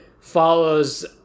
follows